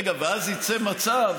רגע, ואז יצא מצב